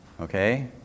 Okay